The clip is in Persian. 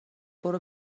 برو